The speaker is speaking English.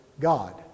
God